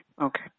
okay